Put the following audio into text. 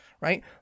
right